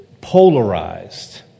polarized